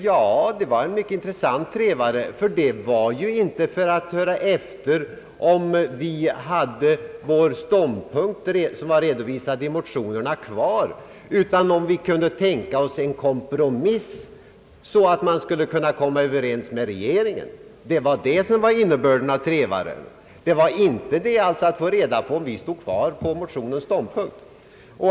Ja, det var en mycket intressant trevare, ty innebörden av trevaren var ju inte att höra efter om vi hade kvar vår i motionerna redovisade ståndpunkt utan om vi skulle kunna tänka oss en kompromiss så att vi kunde komma överens med regeringen. Innebörden var alltså inte att få reda på om vi stod kvar på motionens ståndpunkt.